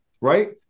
right